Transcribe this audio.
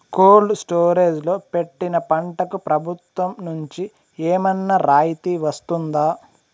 Cold storage లో పెట్టిన పంటకు ప్రభుత్వం నుంచి ఏమన్నా రాయితీ వస్తుందా?